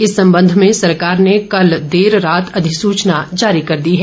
इस संबंध में सरकार ने कल देर रात अधिसूचना जारी कर दी है